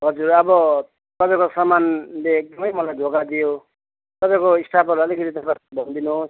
हजुर अब तपाईँको सामानले एकदमै मलाई धोका दियो तपाईँको स्टाफहरूलाई अलिकति भनिदिनुहोस